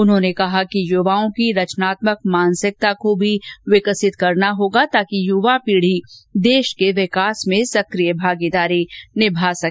उन्होंने कहा कि युवाओं की रचनात्मक मानसिकता को भी विकसित करना होगा ताकि युवा पीढी देश के विकास में सक्रिय भागीदारी निभा सके